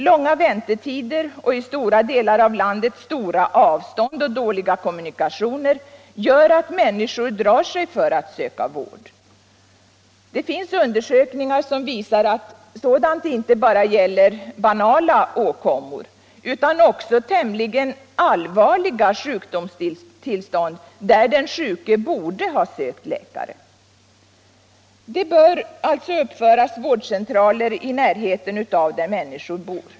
Långa väntetider och i stora delar av landet långa avstånd och dåliga kommunikationer gör att människor drar sig för att söka vård. Gjorda undersökningar visar att detta gäller inte bara vid banala åkommor utan också vid tämligen allvarliga sjukdomstillstånd, där den sjuke borde ha sökt läkare. Det bör därför uppföras vårdcentraler i anslutning till människornas bosättning.